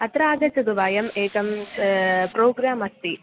अत्र आगच्छ्तु वयम् एकं प्रोग्राम् अस्ति